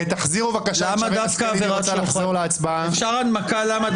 תחזירו בבקשה את שרן השכל אם היא רוצה לחזור להצבעה.